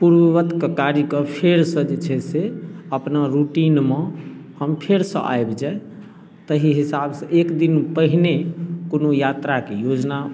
पूर्ववत काजके फेर जे छै से अपना रुटीनमे हम फेरसऽ आबि जाइ ताहि हिसाबसऽ एकदिन पहिने कोनो यात्राके योजना